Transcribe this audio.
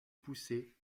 poussée